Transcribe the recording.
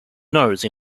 nose